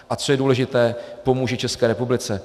A co je důležité, pomůže České republice.